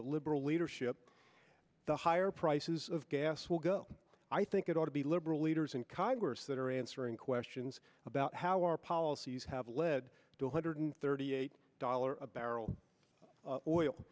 the liberal leadership the higher prices of gas will go i think it ought to be liberal leaders in congress that are answering questions about how our policies have led to one hundred thirty eight dollars a barrel o